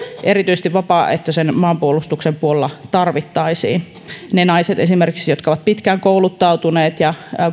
erityisesti vapaaehtoisen maanpuolustuksen puolella tarvittaisiin esimerkiksi niitä naisia jotka ovat pitkään kouluttautuneet ja